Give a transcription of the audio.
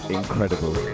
incredible